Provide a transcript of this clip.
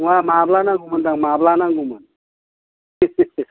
नङा माब्ला नांगौमोन होनदों आं माब्ला नांगौमोन